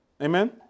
Amen